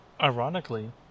ironically